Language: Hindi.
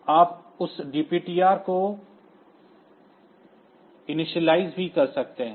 आप उस DPTR को इनिशियलाइज़ भी कर सकते हैं